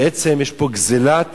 בעצם יש פה גזלת